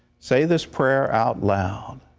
say this prayer out loud.